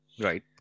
Right